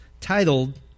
titled